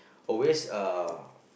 always uh